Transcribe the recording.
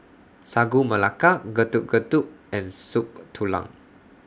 Sagu Melaka Getuk Getuk and Soup Tulang